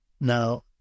Now